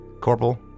Corporal